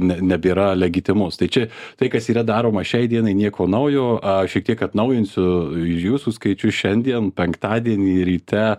ne nebėra legitimus tai čia tai kas yra daroma šiai dienai nieko naujo aš šiek tiek atnaujinsiu jūsų skaičių šiandien penktadienį ryte